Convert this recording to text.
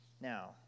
Now